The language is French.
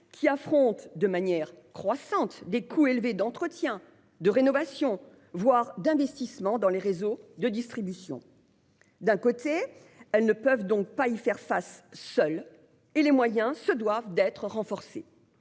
et ce de manière croissante, à des coûts élevés d'entretien, de rénovation, voire d'investissement dans les réseaux de distribution. D'un côté, elles ne peuvent pas y faire face seules et leurs moyens doivent être renforcés.